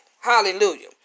Hallelujah